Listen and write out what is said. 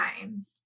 times